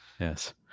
Yes